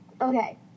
Okay